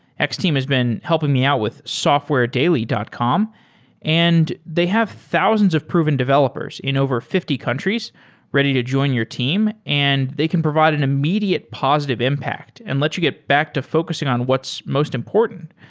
x-team has been helping me out with softwaredaily dot com and they have thousands of proven developers in over fifty countries ready to join your team and they can provide an immediate positive impact and lets you get back to focusing on what's most important,